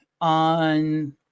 on